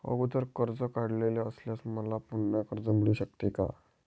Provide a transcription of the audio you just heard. अगोदर कर्ज काढलेले असल्यास मला पुन्हा कर्ज मिळू शकते का?